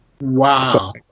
Wow